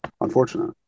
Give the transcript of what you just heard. unfortunate